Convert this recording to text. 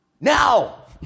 Now